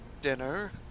dinner